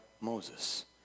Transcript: Moses